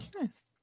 Nice